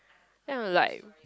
then I like